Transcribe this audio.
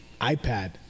ipad